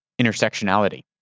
intersectionality